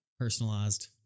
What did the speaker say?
personalized